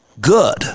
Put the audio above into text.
good